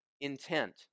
intent